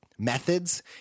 Methods